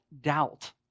doubt